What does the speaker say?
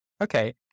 Okay